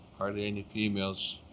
hardly any females,